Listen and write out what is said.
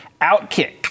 OutKick